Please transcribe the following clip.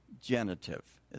genitive